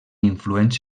influents